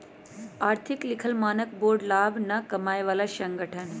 आर्थिक लिखल मानक बोर्ड लाभ न कमाय बला संगठन हइ